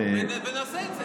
תעביר בטרומית ונעשה את זה.